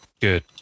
good